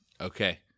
okay